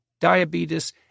diabetes